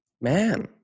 man